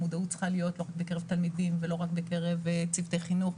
המודעות צריכה להיות לא רק בקרב תלמידים ולא רק בקרב צוותי חינוך,